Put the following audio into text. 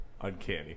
uncanny